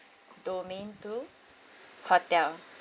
domain two hotel